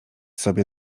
sobie